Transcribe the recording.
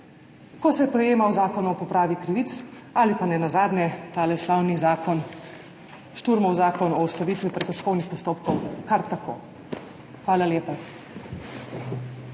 ko se je sprejemal Zakon o popravi krivic ali pa nenazadnje ta slavni zakon, Šturmov zakon o ustavitvi prekrškovnih postopkov, kar tako. Hvala lepa.